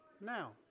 Now